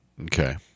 Okay